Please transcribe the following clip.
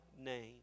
name